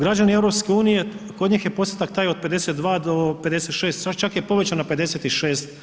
Građani EU kod njih je postotak taj od 52 do 56, čak je povećan na 56%